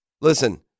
Listen